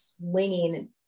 swinging